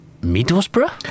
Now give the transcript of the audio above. Middlesbrough